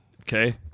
Okay